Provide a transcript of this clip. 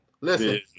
Listen